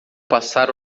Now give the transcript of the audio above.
passar